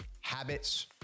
Habits